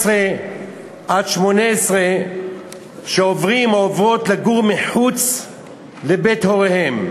עד 18 שעוברים או עוברות לגור מחוץ לבית הוריהם